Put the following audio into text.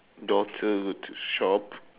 daughter to shop